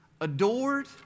adored